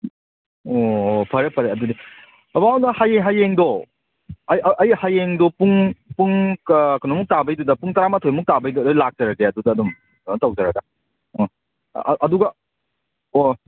ꯑꯣ ꯐꯔꯦ ꯐꯔꯦ ꯑꯗꯨꯗꯤ ꯇꯥꯃꯣ ꯑꯗꯣ ꯍꯌꯦꯡ ꯍꯌꯦꯡꯗꯣ ꯑꯩ ꯍꯌꯦꯡꯗꯣ ꯄꯨꯡ ꯄꯨꯡ ꯀꯩꯅꯣꯃꯨꯛ ꯇꯥꯕꯩꯗꯨꯗ ꯄꯨꯡ ꯇꯔꯥꯃꯥꯊꯣꯏꯃꯨꯛ ꯇꯥꯕꯩꯗꯣ ꯑꯗ ꯂꯥꯛꯆꯔꯒꯦ ꯑꯗꯨꯗ ꯑꯗꯨꯝ ꯀꯩꯅꯣ ꯇꯧꯖꯔꯒ ꯑꯥ ꯑꯗꯨꯒ ꯑꯣ